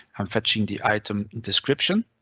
i'm fetching the item description.